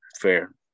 fair